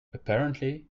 apparently